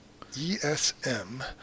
ESM